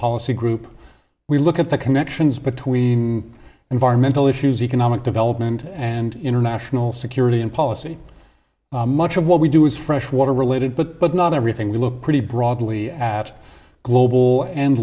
policy group we look at the connections between environmental issues economic development and international security and policy much of what we do is freshwater related but but not everything we look pretty broadly at global and